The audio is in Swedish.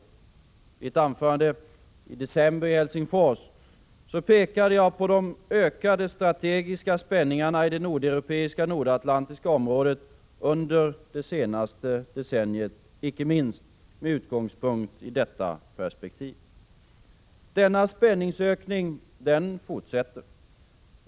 I ett anförande i december i Helsingfors pekade jag på de ökade strategiska spänningarna i det nordeuropeiska och nordatlantiska området under det senaste decenniet icke minst med utgångspunkt i detta perspektiv. Denna spänningsökning fortsätter.